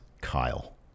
Kyle